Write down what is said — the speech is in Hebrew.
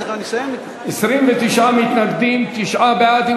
29 מתנגדים, תשעה בעד.